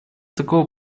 такого